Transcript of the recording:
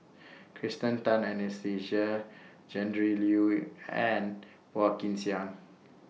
Kirsten Tan Anastasia Tjendri Liew and Phua Kin Siang